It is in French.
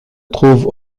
trouve